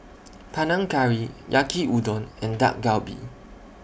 Panang Curry Yaki Udon and Dak Galbi